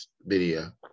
video